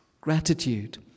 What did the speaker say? Gratitude